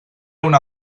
una